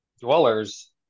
dwellers